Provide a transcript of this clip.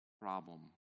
problem